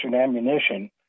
ammunition